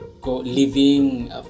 Living